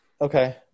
Okay